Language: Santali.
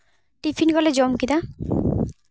ᱴᱤᱯᱷᱤᱱ ᱠᱚᱞᱮ ᱡᱚᱢ ᱠᱮᱫᱟ